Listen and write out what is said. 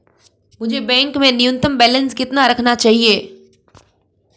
मुझे बैंक में न्यूनतम बैलेंस कितना रखना चाहिए?